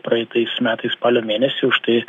praeitais metais spalio mėnesį už tai